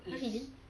for real